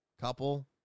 couple